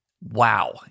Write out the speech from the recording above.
Wow